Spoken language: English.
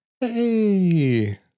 Hey